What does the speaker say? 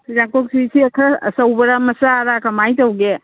ꯌꯥꯡꯀꯣꯛꯁꯨ ꯏꯆꯦ ꯈꯔ ꯑꯆꯧꯕꯔ ꯃꯆꯥꯔ ꯀꯃꯥꯏ ꯇꯧꯒꯦ